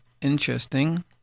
interesting